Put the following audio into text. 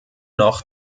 noch